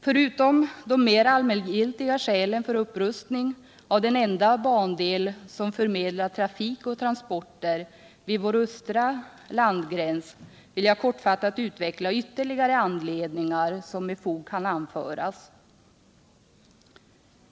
Förutom de mera allmängiltiga skälen för upprustning av den enda bandel, som förmedlar trafik och transporter vid vår östra landgräns, vill jag kortfattat utveckla ytterligare anledningar, som med fog kan anföras.